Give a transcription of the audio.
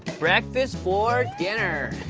breakfast for dinner.